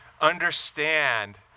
understand